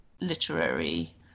literary